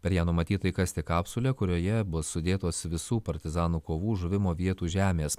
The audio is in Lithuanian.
per ją numatyta įkasti kapsulę kurioje bus sudėtos visų partizanų kovų žuvimo vietų žemės